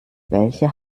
welche